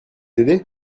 aider